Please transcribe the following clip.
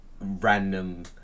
random